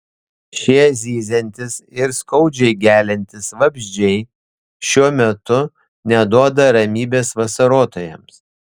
šie zyziantys ir skaudžiai geliantys vabzdžiai šiuo metu neduoda ramybės vasarotojams